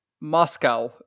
Moscow